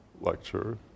lecture